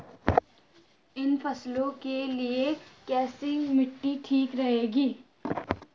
इन फसलों के लिए कैसी मिट्टी ठीक रहेगी?